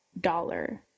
dollar